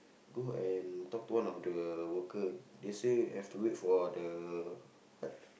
go and talk to one of the worker they say have to wait for the what